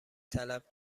طلب